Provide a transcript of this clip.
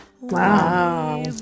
Wow